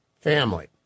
family